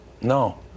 no